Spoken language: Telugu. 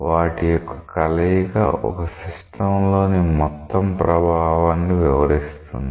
వాటి యొక్క కలయిక ఒక సిస్టంలోని మొత్తం ప్రభావాన్ని వివరిస్తుంది